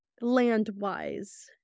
land-wise